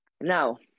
Now